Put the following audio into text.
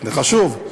זה חשוב.